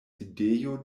sidejo